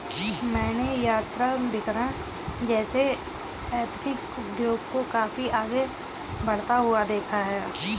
मैंने यात्राभिकरण जैसे एथनिक उद्योग को काफी आगे बढ़ता हुआ देखा है